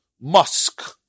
Musk